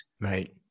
Right